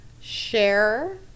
Share